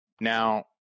Now –